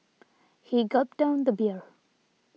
he gulped down the beer